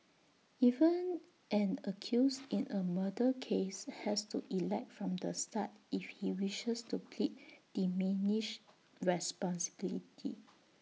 even an accused in A murder case has to elect from the start if he wishes to plead diminished responsibility